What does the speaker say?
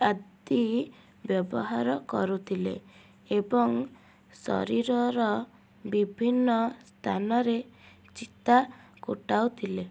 ଆଦି ବ୍ୟବହାର କରୁଥିଲେ ଏବଂ ଶରୀରର ବିଭିନ୍ନ ସ୍ଥାନରେ ଚିତା କୁଟାଉଥିଲେ